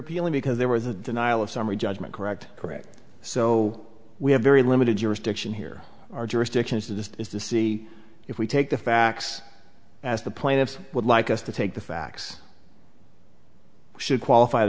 appealing because there was a denial of summary judgment correct correct so we have very limited jurisdiction here our jurisdiction to this is to see if we take the facts as the plaintiffs would like us to take the facts should qualified